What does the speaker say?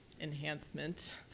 enhancement